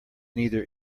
neither